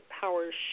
powers